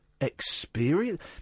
experience